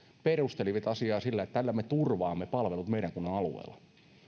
perustelivat asiaa sillä että tällä me turvaamme palvelut meidän kunnan alueella